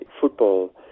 football